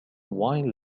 wine